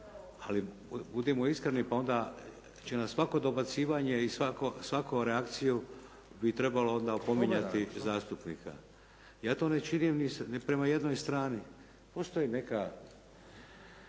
Ali budimo iskreni pa onda će nas svako dobacivanje i svaku reakciju bi trebalo onda opominjati zastupnika. Ja to ne činim ni prema jednoj strani. Postoji neka